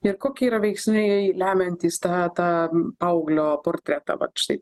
ir koki yra veiksniai lemiantys tą tą paauglio portretą vat štai